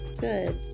good